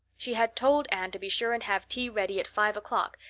she had told anne to be sure and have tea ready at five o'clock,